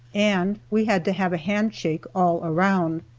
and we had to have a handshake all around.